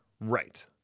Right